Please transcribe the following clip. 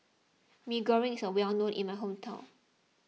Mee Goreng is well known in my hometown